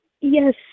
Yes